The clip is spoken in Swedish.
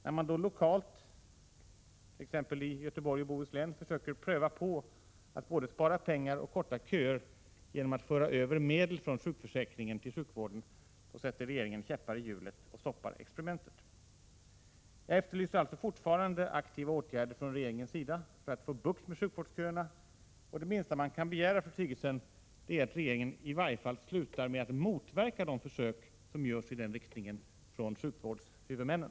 När man lokalt, t.ex. i Göteborgs och Bohus län, försöker pröva på att både spara pengar och förkorta köerna genom att föra över medel från sjukförsäkringen till sjukvården, sätter regeringen käppar i hjulen och stoppar experimentet. Jag efterlyser fortfarande aktiva åtgärder från regeringens sida för att få bukt med sjukvårdsköerna. Det minsta man kan begära, fru Sigurdsen, är att regeringen i varje fall slutar med att motverka de försök i denna riktning som görs av sjukvårdshuvudmännen.